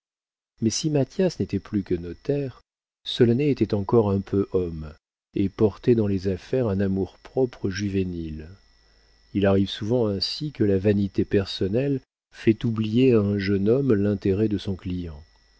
mais si mathias n'était plus que notaire solonet était encore un peu homme et portait dans les affaires un amour-propre juvénile il arrive souvent ainsi que la vanité personnelle fait oublier à un jeune homme l'intérêt de son client